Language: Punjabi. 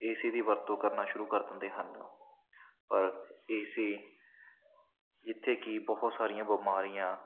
ਏਸੀ ਦੀ ਵਰਤੋਂ ਕਰਨਾ ਸ਼ੁਰੂ ਕਰ ਦਿੰਦੇ ਹਨ ਪਰ ਏਸੀ ਜਿੱਥੇ ਕੀ ਬਹੁਤ ਸਾਰੀਆਂ ਬਿਮਾਰੀਆਂ